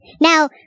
Now